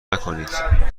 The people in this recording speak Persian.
نکنید